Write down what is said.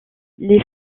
les